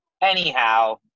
anyhow